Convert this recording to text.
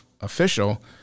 official